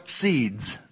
seeds